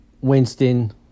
Winston